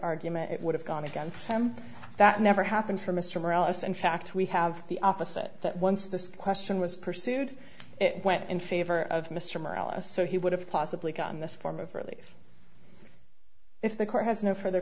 argument it would have gone against him that never happened for mr morel us in fact we have the opposite that once this question was pursued it went in favor of mr morales so he would have possibly gotten this form of relief if the court has no furthe